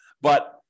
But-